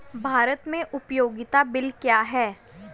भारत में उपयोगिता बिल क्या हैं?